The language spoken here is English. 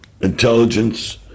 intelligence